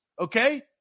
okay